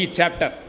Chapter